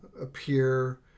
appear